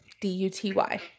D-U-T-Y